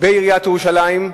בעיריית ירושלים,